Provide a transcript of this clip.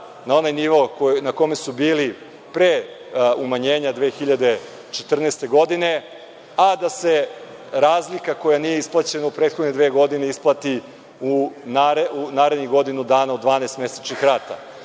na onaj nivo na kome su bile pre umanjenja 2014. godine, a da se razlika koja nije isplaćena u prethodne dve godine isplati u narednih godinu dana u 12 mesečnih